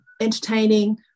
entertaining